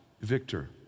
Victor